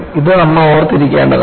ഇത് നമ്മൾ ഓർമ്മിക്കേണ്ടതാണ്